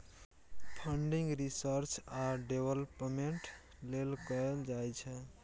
funding research आ development लेल कएल जाइ छै